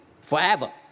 forever